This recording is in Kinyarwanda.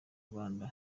rwanda